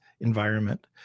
environment